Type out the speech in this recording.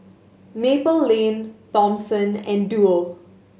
Maple Lane Thomson and Duo